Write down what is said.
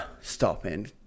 stopping